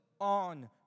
on